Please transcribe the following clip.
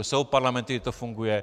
Jsou parlamenty, kde to funguje.